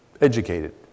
educated